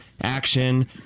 action